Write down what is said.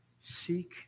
Seek